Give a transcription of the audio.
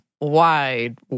wide